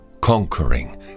conquering